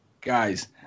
Guys